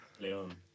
Leon